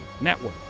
Network